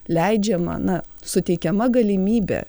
leidžiama na suteikiama galimybė